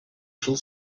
shall